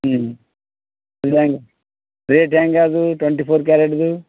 ಹ್ಞೂ ರೇಟ್ ಹೇಗೆ ಅದು ಟ್ವೆಂಟಿ ಫೋರ್ ಕ್ಯಾರೇಟ್ದು